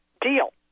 deal